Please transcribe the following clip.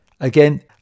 Again